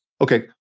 Okay